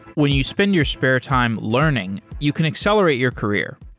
when you spend your spare time learning, you can accelerate your career.